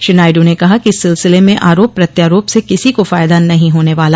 श्री नायडू ने कहा कि इस सिलसिले में आरोप प्रत्यारोप से किसी को फायदा नहीं होने वाला